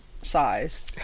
size